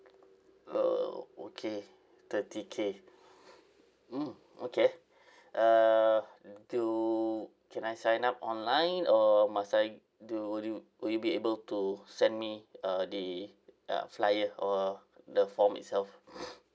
oh okay thirty K mm okay uh do can I sign up online or must I do will you will you be able to send me uh the uh flyer or the form itself